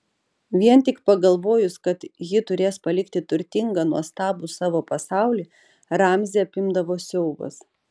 vien tik pagalvojus kad ji turės palikti turtingą nuostabų savo pasaulį ramzį apimdavo siaubas